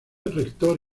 rector